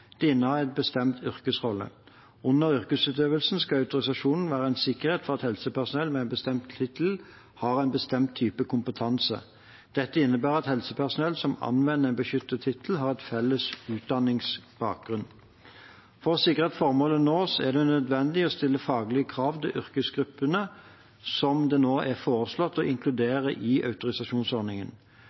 bestemt yrkesrolle. Under yrkesutøvelsen skal autorisasjonen være en sikkerhet for at helsepersonell med en bestemt tittel har en bestemt type kompetanse. Dette innebærer at helsepersonell som anvender en beskyttet tittel, har en felles utdanningsbakgrunn. For å sikre at formålet nås, er det nødvendig å stille faglige krav til yrkesgruppene som det nå er foreslått å inkludere i autorisasjonsordningen.